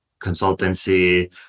consultancy